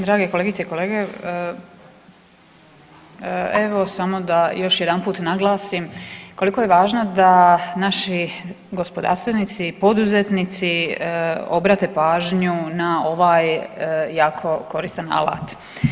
Drage kolegice i kolege, evo samo da još jedanput naglasim koliko je važno da naši gospodarstvenici, poduzetnici obrate pažnju na ovaj jako koristan alat.